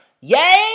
yay